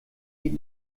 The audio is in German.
geht